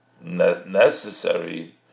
necessary